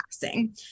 passing